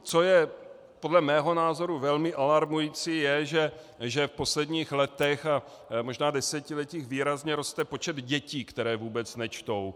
Co je podle mého názoru velmi alarmující, je, že v posledních letech, možná desetiletích výrazně roste počet dětí, které vůbec nečtou.